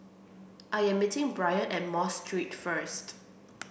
I am meeting Brien at Mosque Street first